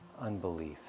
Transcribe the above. unbelief